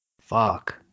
Fuck